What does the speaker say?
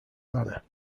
banner